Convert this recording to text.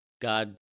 God